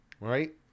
right